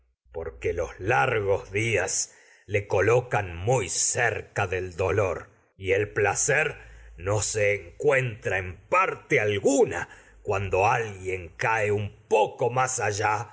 porque cerca los largos días le colocan muy no del dolor y el placer se encuentra en parte alguna cuando se alguien cae un poco más allá